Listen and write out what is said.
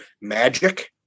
magic